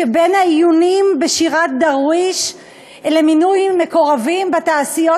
שבין העיונים בשירת דרוויש למינוי מקורבים בתעשיות